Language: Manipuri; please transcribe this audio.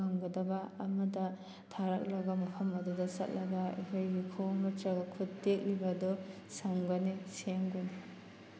ꯉꯝꯒꯗꯕ ꯑꯃꯗ ꯊꯥꯔꯛꯂꯥꯒ ꯃꯐꯝ ꯑꯗꯨꯗ ꯆꯠꯂꯒ ꯑꯩꯈꯣꯏꯒꯤ ꯈꯣꯡ ꯅꯇ꯭ꯔꯒ ꯈꯨꯠ ꯇꯦꯛꯂꯤꯕ ꯑꯗꯣ ꯁꯝꯒꯅꯤ ꯁꯦꯝꯒꯅꯤ